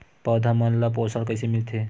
पौधा मन ला पोषण कइसे मिलथे?